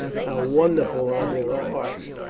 how wonderful are their arts,